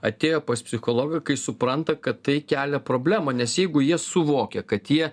atėjo pas psichologą ir kai supranta kad tai kelia problemą nes jeigu jie suvokia kad jie